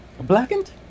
Blackened